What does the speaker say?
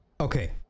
Okay